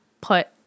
put